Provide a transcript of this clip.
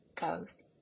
goes